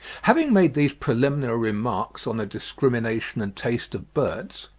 having made these preliminary remarks on the discrimination and taste of birds,